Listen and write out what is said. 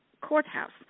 Courthouse